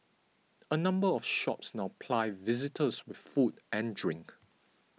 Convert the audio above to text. a number of shops now ply visitors with food and drink